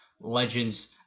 Legends